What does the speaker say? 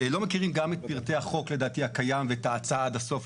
לא מכירים גם את פרטי החוק לדעתי הקיים ואת ההצעה עד הסוף.